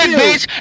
bitch